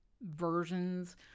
versions